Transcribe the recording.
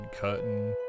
cutting